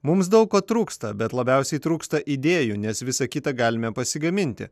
mums daug ko trūksta bet labiausiai trūksta idėjų nes visa kita galime pasigaminti